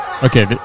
Okay